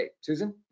Susan